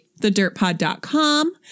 thedirtpod.com